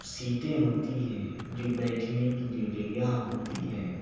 سیٹیں ہوتی ہے جو بیٹھنے کی جو جگہ ہوتی ہے